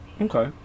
okay